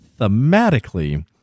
thematically